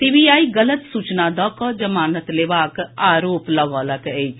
CBI गलत सूचना दऽ कऽ जमानत लेबाक आरोप लगौलक अछि